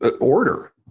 order